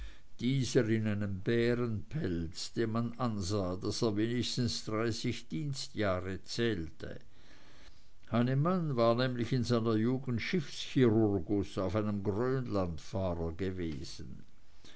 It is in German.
dieser in einem bärenpelz dem man ansah daß er wenigstens dreißig dienstjahre zählte hannemann war nämlich in seiner jugend schiffschirurgus auf einem grönlandfahrer gewesen